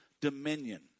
dominion